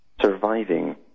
Surviving